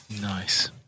Nice